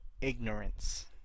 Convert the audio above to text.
ignorance